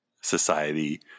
society